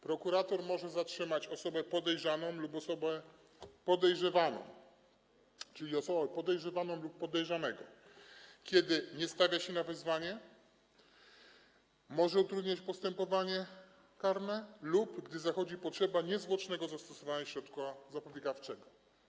Prokurator może zatrzymać osobę podejrzaną lub osobę podejrzewaną, czyli podejrzewanego lub podejrzanego, kiedy nie stawia się na wezwanie, może utrudniać postępowanie karne lub gdy zachodzi potrzeba niezwłocznego zastosowania środka zapobiegawczego.